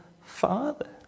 father